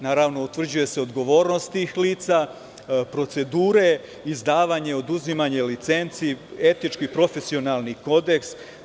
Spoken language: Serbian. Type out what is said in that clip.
Naravno, utvrđuje se odgovornost tih lica, procedure izdavanja i oduzimanja licenci, etički i profesionalni kodeks.